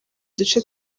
duce